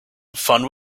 fun